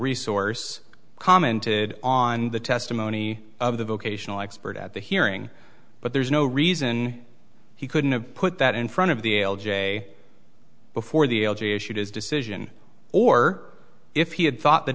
resource commented on the testimony of the vocational expert at the hearing but there's no reason he couldn't have put that in front of the l j before the l g issued his decision or if he had thought that